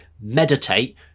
meditate